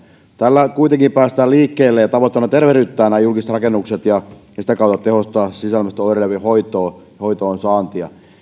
tällä kuitenkin päästään liikkeelle ja tavoitteena on tervehdyttää nämä julkiset rakennukset ja sitä kautta tehostaa sisäilmasta oireilevien hoitoon hoitoon pääsyä